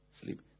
sleep